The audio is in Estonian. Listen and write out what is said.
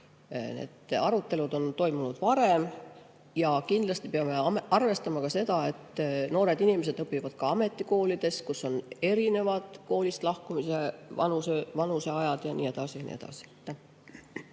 arutelud on toimunud varem. Kindlasti peame arvestama seda, et noored inimesed õpivad ka ametikoolides, kus neil on erinev vanus koolist lahkudes ja nii edasi.